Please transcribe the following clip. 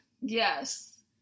Yes